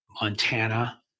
Montana